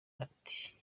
ati